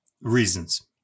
reasons